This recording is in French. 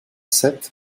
sept